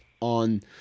on